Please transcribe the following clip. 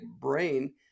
brain